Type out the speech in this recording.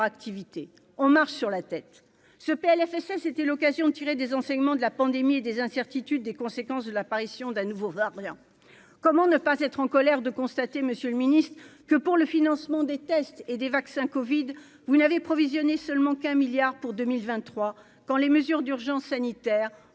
activité, on marche sur la tête ce PLFSS c'était l'occasion de tirer des enseignements de la pandémie et des incertitudes, des conséquences de l'apparition d'un nouveau variant, comment ne pas être en colère de constater Monsieur le Ministre, que pour le financement des tests et des vaccins Covid vous n'avez provisionné seulement qu'un milliard pour 2023 quand les mesures d'urgence sanitaire ont